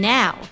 now